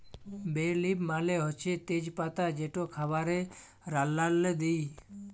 বে লিফ মালে হছে তেজ পাতা যেট খাবারে রাল্লাল্লে দিই